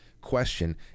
question